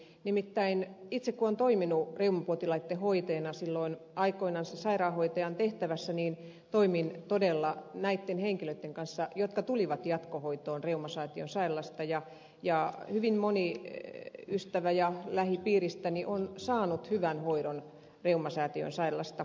nimittäin kun itse olen toiminut reumapotilaitten hoitajana silloin aikoinansa sairaanhoitajan tehtävässä niin toimin todella näitten henkilöitten kanssa jotka tulivat jatkohoitoon reumasäätiön sairaalasta ja hyvin moni ystävä lähipiiristäni on saanut hyvän hoidon reumasäätiön sairaalasta